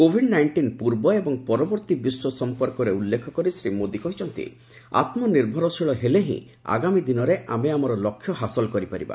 Covid nineteen ପୂର୍ବ ଏବଂ ପରବର୍ତ୍ତୀ ବିଶ୍ୱ ସଂପର୍କରେ ଉଲ୍ଲେଖ କରି ଶ୍ରୀ ମୋଦୀ କହିଛନ୍ତି ଆତ୍ମନିର୍ଭରଶୀଳ ହେଲେ ହିଁ ଆଗାମୀ ଦିନରେ ଆମେ ଆମର ଲକ୍ଷ୍ୟ ହାସଲ କରିପାରିବା